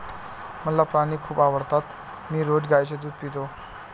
मला प्राणी खूप आवडतात मी रोज गाईचे दूध पितो